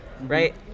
Right